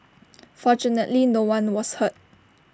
fortunately no one was hurt